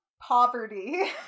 poverty